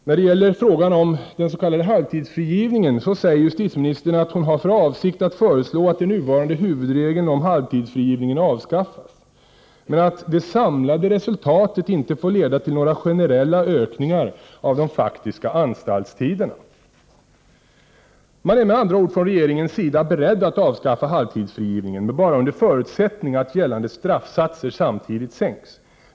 När det gäller frågan om den s.k. halvtidsfrigivningen säger justitieministern att hon har för avsikt att föreslå att den nuvarande huvudregeln om halvtidsfrigivning avskaffas, men att det samlade resultatet inte får leda till några generella ökningar av de faktiska anstaltstiderna. Man är med andra ord från regeringens sida beredd att avskaffa halvtidsfrigivningen, men bara under förutsättning att gällande straffsatser samtidigt sänks.